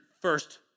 first